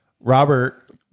Robert